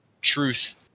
truth